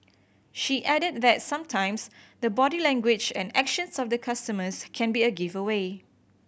she added that sometimes the body language and actions of the customers can be a giveaway